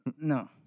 No